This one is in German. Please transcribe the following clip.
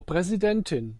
präsidentin